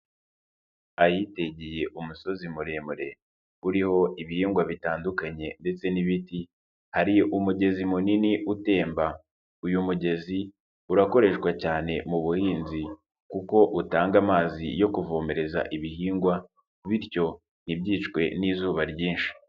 Ahitegeye umusozi muremure, uriho ibihingwa bitandukanye ndetse n'ibiti. Hari umugezi munini utemba, uyu mugezi urakoreshwa cyane mu buhinzi kuko utanga amazi yo kuvomereza ibihingwa bityo ntibyicwe n'izuba ryinshi.